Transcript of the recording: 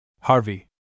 Harvey